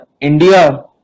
India